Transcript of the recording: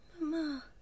Mama